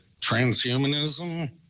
transhumanism